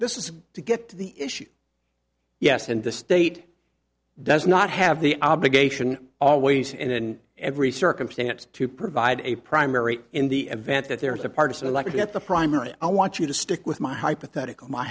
this is to get to the issue yes and the state does not have the obligation always and in every circumstance to provide a primary in the event that there is a part of select at the primary i want you to stick with my hypothetical my